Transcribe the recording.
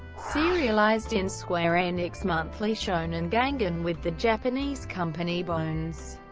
serialized in square enix's monthly shonen gangan with the japanese company bones.